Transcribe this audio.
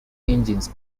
engines